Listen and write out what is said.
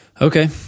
Okay